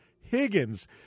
Higgins